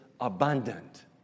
abundant